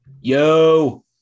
yo